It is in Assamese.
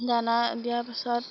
দানা দিয়াৰ পাছত